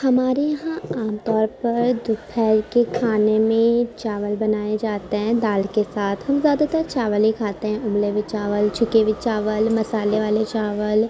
ہمارے یہاں عام طور پر دوپھہر کے کھانے میں چاول بنائے جاتے ہیں دال کے ساتھ ہم زیادہ تر چاول ہی کھاتے ہیں ابلے ہوئے چاول چھکے ہوئے چاول مصالحے والے چاول